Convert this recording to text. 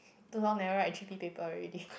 too long never write g_p paper already